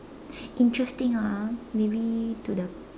interesting ah maybe to the